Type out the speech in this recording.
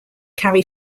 carry